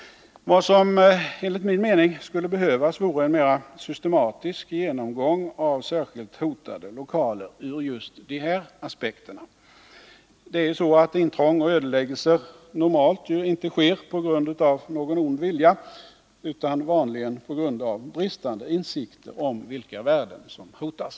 Vad som enligt min mening skulle behövas vore en mera systematisk genomgång av särskilt hotade lokaler ur just de här aspekterna. Intrång och ödeläggelser sker ju normalt inte på grund av någon ond vilja utan på grund av bristande insikt om vilka värden som hotas.